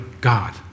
God